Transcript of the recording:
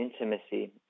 intimacy